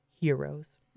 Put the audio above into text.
heroes